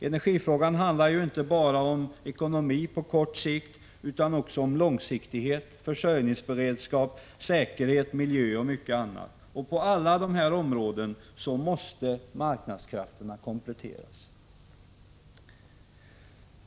Den handlar ju inte bara om ekonomin på kort sikt utan också om långsiktighet, försörjningsberedskap, säkerhet, miljö och mycket annat. Och på alla dessa områden måste marknadskrafterna kompletteras.